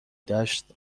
دشت